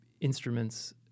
instruments